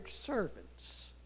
servants